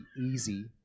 easy